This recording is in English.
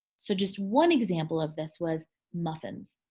so just one example of this was muffins.